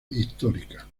histórica